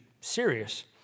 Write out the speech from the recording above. serious